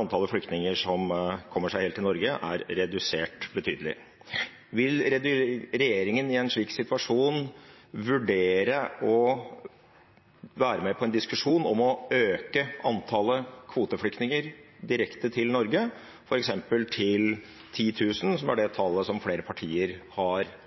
antallet flyktninger som kommer seg helt til Norge, er redusert betydelig. Vil regjeringen i en slik situasjon vurdere å være med på en diskusjon om å øke antallet kvoteflyktninger direkte til Norge, f.eks. til 10 000, som er det tallet som flere partier har